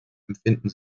empfinden